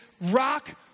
rock